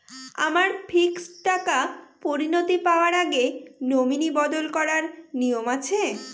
আমার ফিক্সড টাকা পরিনতি পাওয়ার আগে নমিনি বদল করার নিয়ম আছে?